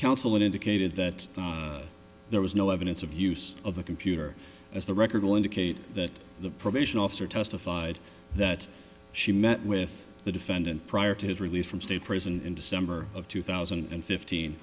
counsel it indicated that there was no evidence of use of a computer as the record will indicate that the probation officer testified that she met with the defendant prior to his release from state prison in december of two thousand and fifteen